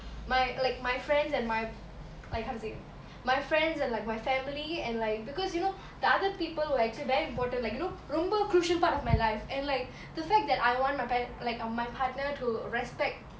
my like my friends and my like how to say my friends and like my family and like because you know the other people will actually very important like you know ரொம்ப:romba crucial part of my life and like the fact that I want my like my partner to respect